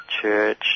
church